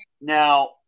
Now